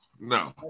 no